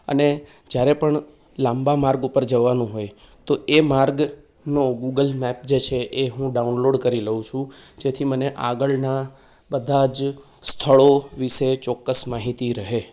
અને જયારે પણ લાંબા માર્ગ ઉપર જવાનું હોય તો એ માર્ગનો ગૂગલ મેપ જે છે એ હું ડાઉનલોડ કરી લઉં છું જેથી મને આગળના બધા જ સ્થળો વિશે ચોક્કસ માહિતી રહે